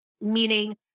meaning